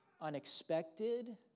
unexpected